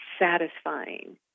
satisfying